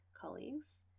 colleagues